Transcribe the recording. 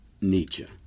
nietzsche